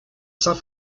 saint